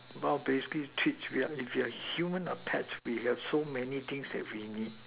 well basically treats we are if we are human or pets we have so many things that we need